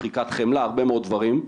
שחיקת חמלה, הרבה מאוד דברים,